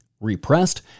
Repressed